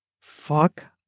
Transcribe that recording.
Fuck